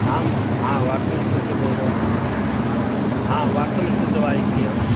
हम हाँ Watson school से बोल रहे हैंँ हँ वाटसन इसकुल से बाजैत छी हम